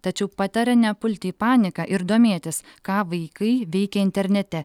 tačiau pataria nepulti į paniką ir domėtis ką vaikai veikia internete